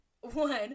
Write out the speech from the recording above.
One